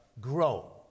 grow